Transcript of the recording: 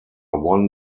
won